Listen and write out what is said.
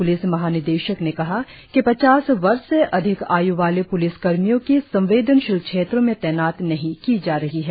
police महानिदेशक ने कहा कि पचास वर्ष से अधिक आय् वाले प्लिसकर्मियों की संवेदनशील क्षेत्रों में तैनात नहीं की जा रही हैं